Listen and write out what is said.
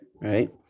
right